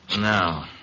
Now